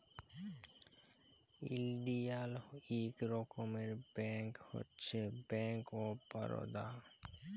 ইলডিয়াল ইক রকমের ব্যাংক হছে ব্যাংক অফ বারদা